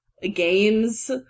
Games